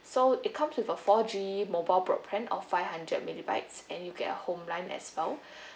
so it comes with a four G mobile broadband of five hundred megabytes and you get home line as well